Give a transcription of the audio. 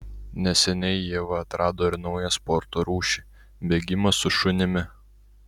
neseniai ieva atrado ir naują sporto rūšį bėgimą su šunimi